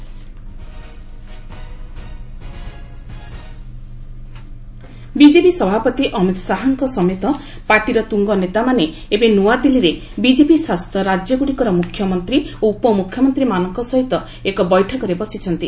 PM BJP CS BJP ସଭାପତି ଅମିତ୍ ଶାହାଙ୍କ ସମେତ ପାର୍ଟିର ତୁଙ୍ଗନେତାମାନେ ଏବେ ନୂଆଦିଲ୍ଲୀରେ ବିକେପି ଶାସିତ ରାଜ୍ୟଗୁଡ଼ିକର ମ୍ରଖ୍ୟମନ୍ତ୍ରୀ ଓ ଉପମ୍ରଖ୍ୟମନ୍ତ୍ରୀମାନଙ୍କ ସହିତ ଏକ ବୈଠକରେ ବସିଛନ୍ତି